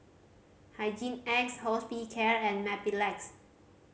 Hygin X Hospicare and Mepilex